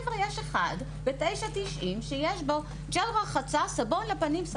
לגבר יש אחד ב-9.90 שיש בו ג'ל רחצה וסבון לפנים.